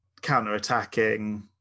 counter-attacking